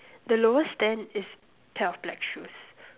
the lowest stand is pair of black shoes